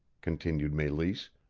continued meleese,